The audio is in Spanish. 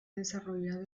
desarrollado